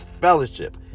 Fellowship